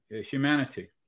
humanity